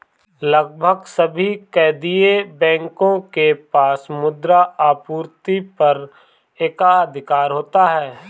लगभग सभी केंदीय बैंकों के पास मुद्रा आपूर्ति पर एकाधिकार होता है